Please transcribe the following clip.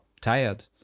tired